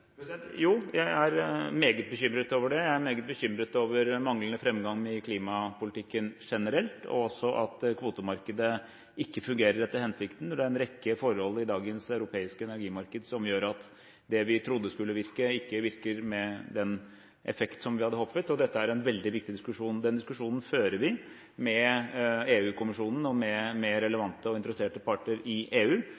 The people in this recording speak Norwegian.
Jo, jeg er meget bekymret over det. Jeg er meget bekymret over manglende framgang i klimapolitikken generelt, og også over at kvotemarkedet ikke fungerer etter hensikten, når det er en rekke forhold i dagens europeiske energimarked som gjør at det vi trodde skulle virke, ikke har den effekt som vi hadde håpet. Dette er en veldig viktig diskusjon. Den diskusjonen fører vi med EU-kommisjonen og med